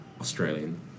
Australian